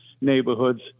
neighborhoods